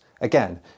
again